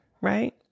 right